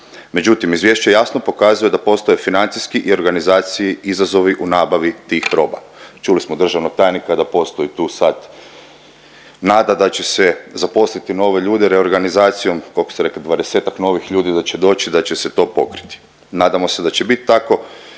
međutim izvješće jasno pokazuje da postoje financijski i organizacijski izazovi u nabavi tih roba. Čuli smo državnog tajnika da postoji tu sad nada da će se zaposliti nove ljude reorganizacijom, kolko ste rekli, 20-tak novih ljudi da će doći i da će se to pokriti. Nadamo se da će bit tako,